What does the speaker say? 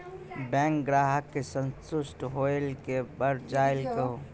Bank ग्राहक के संतुष्ट होयिल के बढ़ जायल कहो?